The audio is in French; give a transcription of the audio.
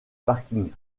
parking